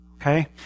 Okay